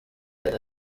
yari